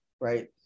right